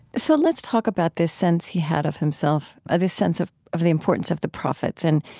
so let's talk about this sense he had of himself, ah this sense of of the importance of the prophets and,